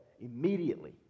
immediately